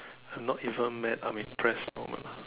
I am not even mad I am impress moment lah